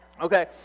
okay